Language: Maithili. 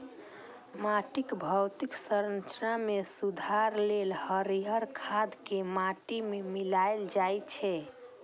माटिक भौतिक संरचना मे सुधार लेल हरियर खाद कें माटि मे मिलाएल जाइ छै